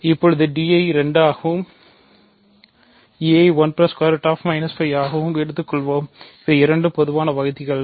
இப்போது d ஐ 2 ஆகவும் e ஐ 1 ✓ 5 ஆகவும் எடுத்துக்கொள்வோம் இவை இரண்டும் பொதுவான வகுத்திகள்